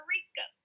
Rico